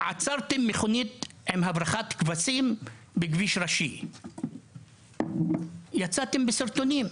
עצרתם מכונית עם הברחת כבשים בכביש ראשי ויצאתם בסרטונים,